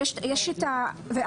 רגע,